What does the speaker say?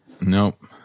Nope